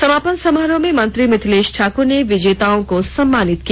समापने समारोह में मंत्री मिथिलेश ठाकुर ने विजेताओं को सम्मानित किया